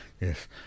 Yes